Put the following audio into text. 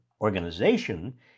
organization